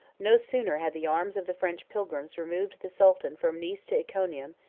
no sooner had the arms of the french pilgrims removed the sultan from nice to iconium,